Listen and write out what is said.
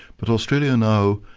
but australia now,